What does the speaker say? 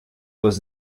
was